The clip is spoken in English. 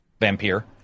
Vampire